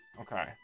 Okay